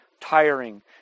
tiring